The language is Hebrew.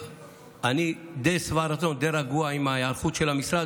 אני די שבע רצון ודי רגוע עם ההיערכות של המשרד.